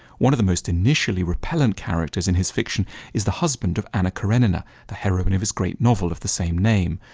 one of the most initially repellant characters in his fiction is the husband of anna karenina, the heroine of his great novel of the same name,